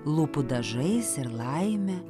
lūpų dažais ir laime